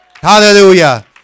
Hallelujah